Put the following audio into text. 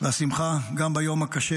והשמחה, גם ביום הקשה